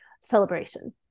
celebration